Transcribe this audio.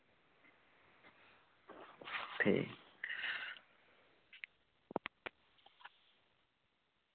ठीक